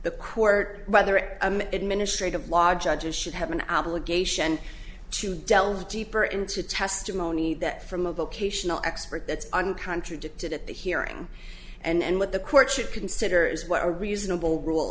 the court whether an administrative law judges should have an obligation to delve deeper into testimony that from a vocational expert that's on contradicted at the hearing and what the court should consider is what a reasonable rule